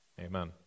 Amen